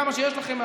כמה שיש לכם,